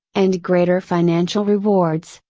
and greater financial rewards,